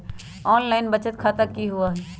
Online बचत खाता की होई छई?